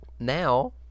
Now